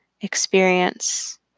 experience